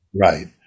Right